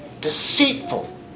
Deceitful